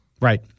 Right